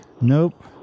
Nope